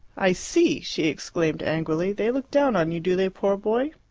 i see, she exclaimed angrily. they look down on you, do they, poor boy?